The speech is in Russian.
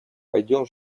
пойдем